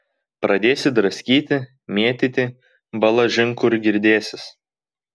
pradėsi draskyti mėtyti balažin kur girdėsis